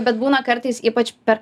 bet būna kartais ypač per